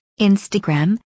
Instagram